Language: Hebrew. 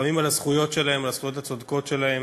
שנלחמים על הזכויות שלהם, הזכויות הצודקות שלהם,